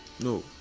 No